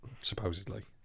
Supposedly